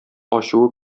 ачуы